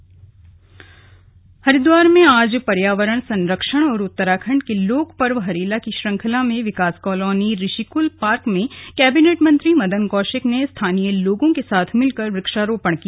हरेला हरिद्वार में आज पर्यावरण संरक्षण और उत्तरखण्ड के लोक पर्व हरेला की श्रृंखला में विकास कॉलोनी ऋषिकुल पार्क में कैबिनेट मंत्री मदन कौशिक ने स्थानीय लोगों के साथ मिलकर वृक्षारोपण किया